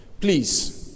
please